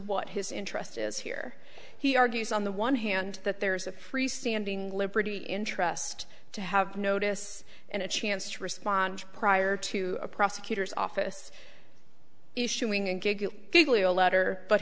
what his interest is here he argues on the one hand that there is a free standing liberty interest to have notice and a chance to respond prior to the prosecutor's office issuing an